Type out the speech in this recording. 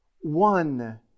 one